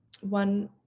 one